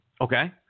Okay